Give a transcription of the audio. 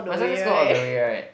might as well just go all the way right